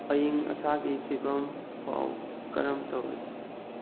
ꯑꯏꯡ ꯑꯁꯥꯒꯤ ꯐꯤꯕꯝ ꯄꯥꯎ ꯀꯔꯝ ꯇꯧꯔꯤ